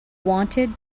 wanted